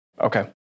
Okay